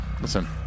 Listen